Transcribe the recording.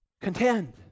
Contend